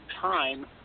time